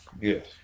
Yes